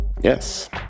Yes